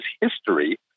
history